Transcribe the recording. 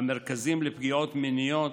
המרכזים לפגיעות מיניות,